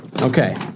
Okay